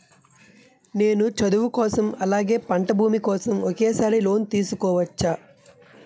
నేను చదువు కోసం అలాగే పంట భూమి కోసం ఒకేసారి లోన్ తీసుకోవచ్చా?